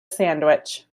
sandwich